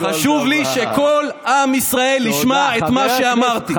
חשוב לי שכל עם ישראל ישמע את מה שאמרתי.